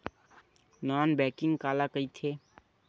Non banking काला कइथे?